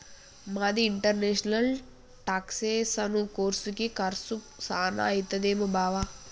మరి ఇంటర్నేషనల్ టాక్సెసను కోర్సుకి కర్సు సాన అయితదేమో బావా